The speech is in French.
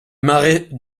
marais